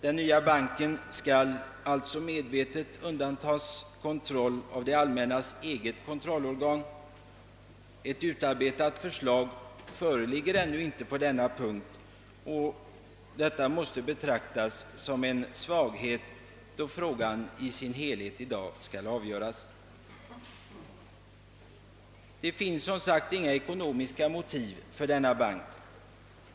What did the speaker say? Den nya banken skall alltså medvetet undandras kontroll av det allmännas eget kontrollorgan. Ett utarbetat förslag föreligger ännu inte på denna punkt, och det måste betraktas som en svaghet då frågan i dag skall avgöras i sin helhet. Det finns, som sagt, inga ekonomiska motiv för denna bank.